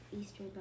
Easter